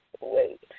Wait